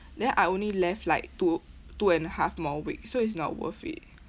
then I only left like two two and a half more weeks so it's not worth it